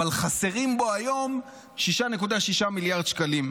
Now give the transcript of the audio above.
אבל חסרים בו היום 6.6 מיליארד שקלים.